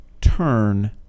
turn